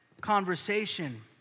conversation